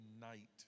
night